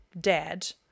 dead